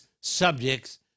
subjects